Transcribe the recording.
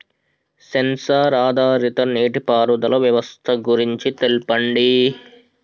Censor ఆధారిత నీటిపారుదల వ్యవస్థ గురించి తెల్పండి?